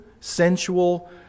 sensual